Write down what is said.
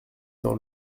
dans